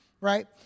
right